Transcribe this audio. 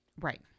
Right